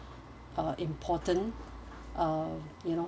uh important uh you know